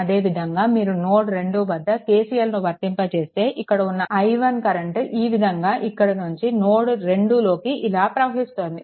అదేవిధంగా మీరు నోడ్2 వద్ద KCLను వర్తింప చేస్తే ఇక్కడ ఉన్న i1 కరెంట్ ఈ విధంగా ఇక్కడ నుంచి నోడ్2 లోకి ఇలా ప్రవహిస్తోంది